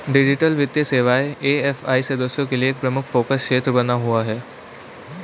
digital वित्तीय सेवाएं AFI सदस्यों के लिए एक प्रमुख फोकस क्षेत्र बना हुआ है